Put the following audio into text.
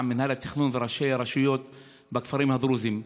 מינהל התכנון וראשי הרשויות בכפרים הדרוזיים.